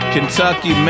Kentucky